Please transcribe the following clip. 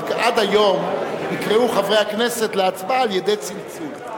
אבל עד היום נקראו חברי הכנסת להצבעה על-ידי צלצול.